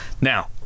Now